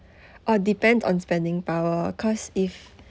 oh depends on spending power cause if